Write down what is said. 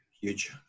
huge